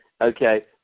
okay